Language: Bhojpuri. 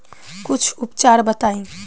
कुछ उपचार बताई?